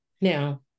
Now